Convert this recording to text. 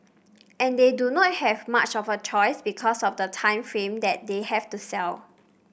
and they do not have much of a choice because of the time frame that they have to sell